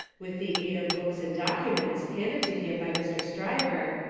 with the aid of books and documents, handed to him by mr. stryver,